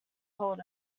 told